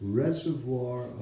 reservoir